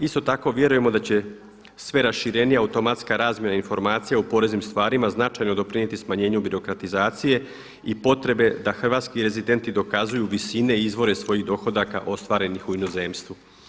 Isto tako vjerujemo da će sve raširenija automatska razmjena informacija u poreznim stvarima značajno doprinijeti smanjenju birokratizacije i potrebe da hrvatski rezidenti dokazuju visine i izvore svojih dohodaka ostvarenih u inozemstvu.